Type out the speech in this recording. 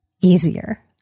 easier